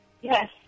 Yes